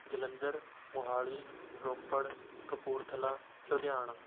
Jalandhar Mohali Ropar Kapurthala Ludhiana